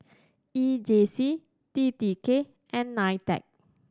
E J C T T K and NITEC